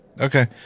Okay